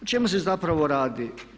O čemu se zapravo radi?